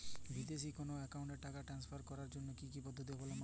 বিদেশের কোনো অ্যাকাউন্টে টাকা ট্রান্সফার করার জন্য কী কী পদ্ধতি অবলম্বন করব?